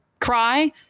cry